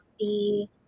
see